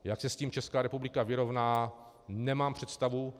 Jak se s tím Česká republika vyrovná, nemám představu.